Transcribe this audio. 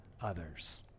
others